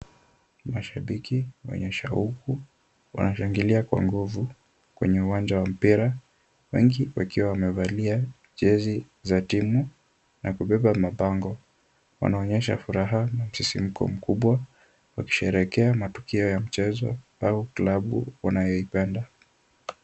Mashabiki wenye shauku wanashangilia kwa nguvu kwenye uwanja wa mpira, wengi wakiwa wamevalia jezi za timu na kubeba mapango. Wanaonyesha furaha, msisimko mkubwa wakisherehekea matukio ya mchezo au klabu wanayoipenda.